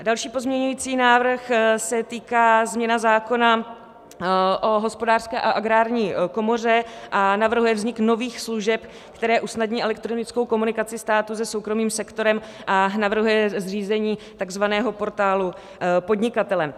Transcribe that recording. Další pozměňovací návrh se týká změny zákona o hospodářské a agrární komoře a navrhuje vznik nových služeb, které usnadní elektronickou komunikaci státu se soukromým sektorem, a navrhuje zřízení takzvaného portálu podnikatelem.